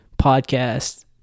podcast